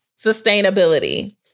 Sustainability